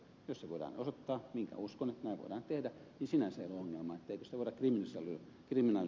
jos se voidaan osoittaa minkä uskon että voidaan tehdä niin sinänsä ei ole ongelmaa etteikö sitä voida kriminalisoida